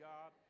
God